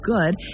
good